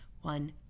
one